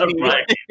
Right